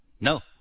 No